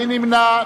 מי נמנע?